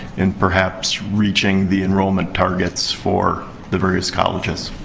and perhaps, reaching the enrollment targets for the various colleges.